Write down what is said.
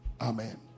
Amen